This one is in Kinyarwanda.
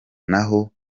naho